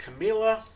Camila